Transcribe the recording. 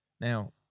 Now